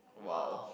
!wow!